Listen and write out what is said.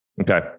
Okay